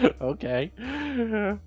Okay